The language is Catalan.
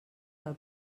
del